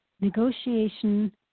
negotiation